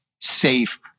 safe